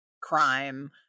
crime